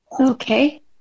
Okay